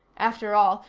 after all,